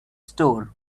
store